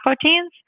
proteins